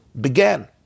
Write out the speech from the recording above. began